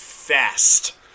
Fast